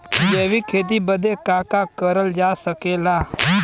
जैविक खेती बदे का का करल जा सकेला?